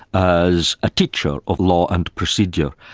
as a teacher of law and procedure,